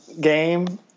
game